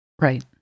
Right